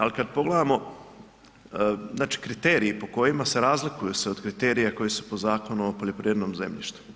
Ali kad pogledamo, znači kriteriji po kojima se razlikuju se od kriterija koji su po zakonu o poljoprivrednom zemljištu.